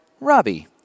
Robbie